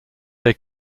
they